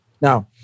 Now